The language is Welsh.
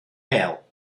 bêl